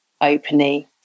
openly